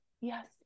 Yes